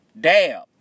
Dab